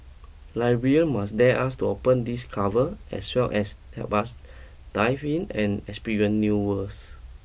librarian must dare us to open these cover as well as help us dive in and experience new worlds